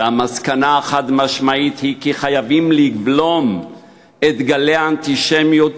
והמסקנה החד-משמעית היא כי חייבים לבלום את גלי האנטישמיות